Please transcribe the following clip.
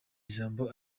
ijambo